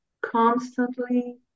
constantly